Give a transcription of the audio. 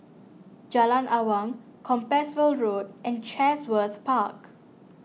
Jalan Awang Compassvale Road and Chatsworth Park